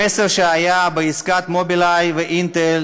המסר שהיה בעסקת "מובילאיי" ו"אינטל"